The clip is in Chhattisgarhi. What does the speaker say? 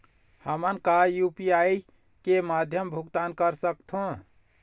हमन का यू.पी.आई के माध्यम भुगतान कर सकथों?